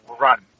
run